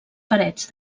parets